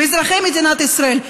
באזרחי מדינת ישראל,